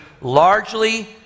largely